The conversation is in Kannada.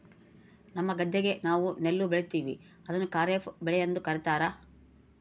ನಮ್ಮ ಗದ್ದೆಗ ನಾವು ನೆಲ್ಲು ಬೆಳೀತೀವಿ, ಅದನ್ನು ಖಾರಿಫ್ ಬೆಳೆಯೆಂದು ಕರಿತಾರಾ